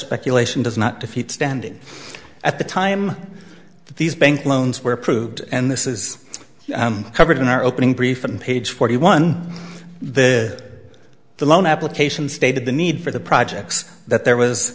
speculation does not defeat standing at the time that these bank loans were approved and this is covered in our opening brief and page forty one the the loan applications stated the need for the projects that there was